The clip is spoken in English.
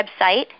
website